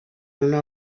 una